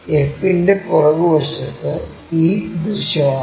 f ൻറെ പുറകുവശത്ത് e ദൃശ്യമാണ്